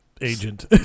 agent